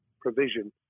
provision